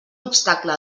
obstacle